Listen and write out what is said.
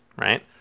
right